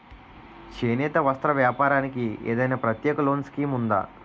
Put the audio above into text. చేనేత వస్త్ర వ్యాపారానికి ఏదైనా ప్రత్యేక లోన్ స్కీం ఉందా?